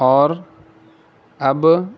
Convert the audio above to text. اور اب